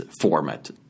format